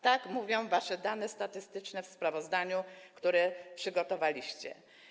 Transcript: Tak mówią wasze dane statystyczne w sprawozdaniu, które przygotowaliście.